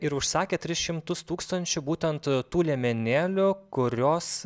ir užsakė tris šimtus tūkstančių būtent tų liemenėlių kurios